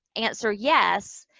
answer yes,